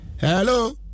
Hello